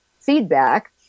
feedback